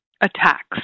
attacks